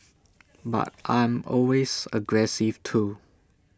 but I'm always aggressive too